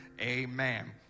Amen